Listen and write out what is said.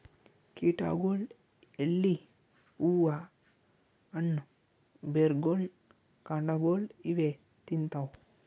ಕೀಟಗೊಳ್ ಎಲಿ ಹೂವಾ ಹಣ್ಣ್ ಬೆರ್ಗೊಳ್ ಕಾಂಡಾಗೊಳ್ ಇವೇ ತಿಂತವ್